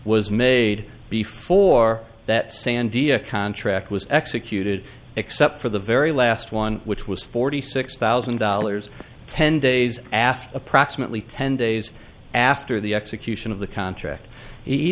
was made before that sandia contract was executed except for the very last one which was forty six thousand dollars ten days after approximately ten days after the execution of the contract he